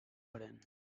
parent